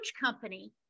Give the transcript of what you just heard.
company